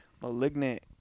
Malignant